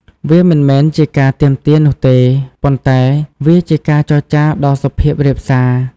វាមិនមែនជាការទាមទារនោះទេ ប៉ុន្តែវាជាការចរចាដ៏សុភាពរាបសារ។